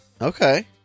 Okay